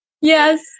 yes